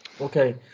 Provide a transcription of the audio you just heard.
Okay